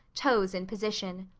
toes in position.